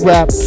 Rap